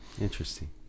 interesting